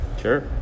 sure